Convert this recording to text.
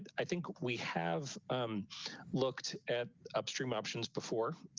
i think we have looked at upstream options before.